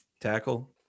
tackle